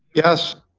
yes.